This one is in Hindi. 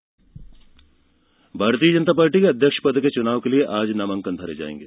भाजपा अध्यक्ष भारतीय जनता पार्टी के अध्यक्ष पद के चुनाव के लिए आज नामांकन भरे जाएंगे